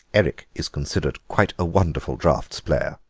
eric is considered quite a wonderful draughts-player.